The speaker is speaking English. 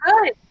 good